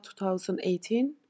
2018